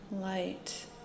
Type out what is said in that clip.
light